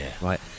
Right